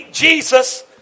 Jesus